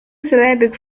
syllabic